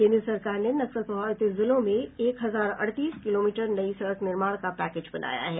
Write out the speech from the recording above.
केन्द्र सरकार ने नक्सल प्रभावित जिलों में एक हजार अड़तीस किलोमीटर नई सड़क निर्माण का पैकेज बनाया है